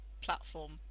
platform